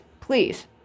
please